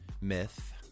myth